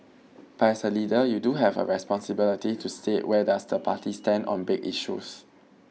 but as a leader you do have a responsibility to state where does the party stand on big issues